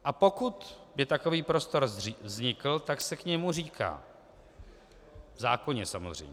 A pokud by takový prostor vznikl, tak se k němu říká, v zákoně samozřejmě: